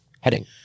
Heading